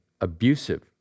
abusive